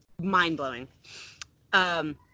mind-blowing